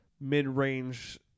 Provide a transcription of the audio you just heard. mid-range